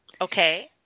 okay